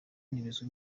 ntibizwi